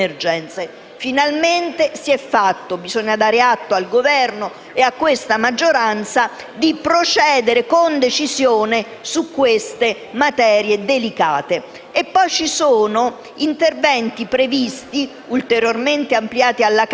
Finalmente è stato fatto e bisogna dare atto al Governo e a questa maggioranza di procedere con decisione su materie delicate. Inoltre, sono previsti interventi, ulteriormente ampliati alla Camera,